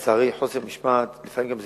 לצערי, חוסר משמעת, לפעמים גם זלזול,